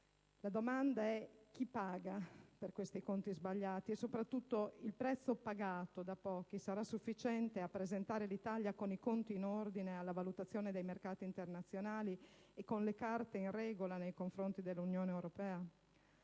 La domanda è: chi paga per questi conti sbagliati? E, soprattutto, il prezzo pagato - da pochi - sarà sufficiente a presentare l'Italia con i conti in ordine alla valutazione dei mercati internazionali e con le carte in regola nei confronti dell'Unione europea?